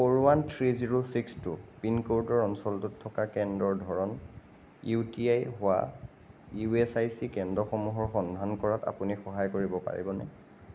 four one three zero six two পিনক'ডৰ অঞ্চলটোত থকা কেন্দ্ৰৰ ধৰণ ইউ টি আই হোৱা ইউ এছ আই চি কেন্দ্ৰসমূহৰ সন্ধান কৰাত আপুনি সহায় কৰিব পাৰিবনে